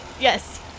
yes